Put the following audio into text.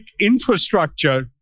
infrastructure